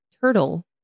turtle